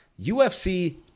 UFC